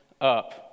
up